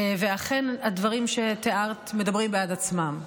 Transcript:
אכן, הדברים שתיארת מדברים בעד עצמם.